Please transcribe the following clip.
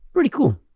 pretty cool.